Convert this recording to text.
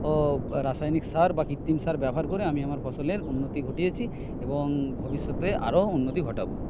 ও রাসায়নিক সার বা কৃত্রিম সার ব্যবহার করে আমি আমার ফসলের উন্নতি ঘটিয়েছে এবং ভবিস্যতে আরও উন্নতি ঘটাব